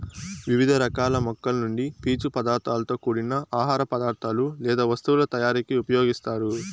వివిధ రకాల మొక్కల నుండి పీచు పదార్థాలతో కూడిన ఆహార పదార్థాలు లేదా వస్తువుల తయారీకు ఉపయోగిస్తారు